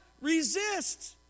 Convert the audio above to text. Resist